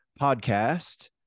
podcast